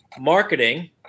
Marketing